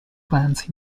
plants